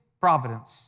providence